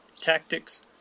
tactics